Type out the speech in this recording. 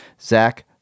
Zach